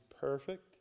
perfect